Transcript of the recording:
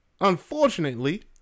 Unfortunately